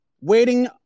waiting